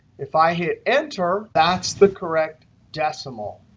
if i hit enter, that's the correct decimal.